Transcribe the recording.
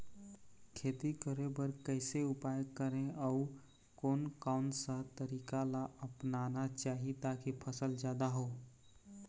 खेती करें बर कैसे उपाय करें अउ कोन कौन सा तरीका ला अपनाना चाही ताकि फसल जादा हो?